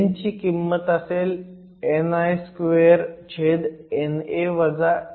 n ची किंमत असेल ni2 छेद NA - ND